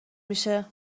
میشه